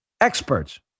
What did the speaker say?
Experts